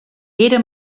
era